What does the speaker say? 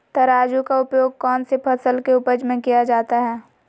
तराजू का उपयोग कौन सी फसल के उपज में किया जाता है?